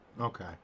okay